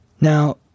Now